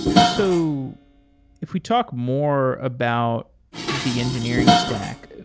so if we talk more about the engineering stack,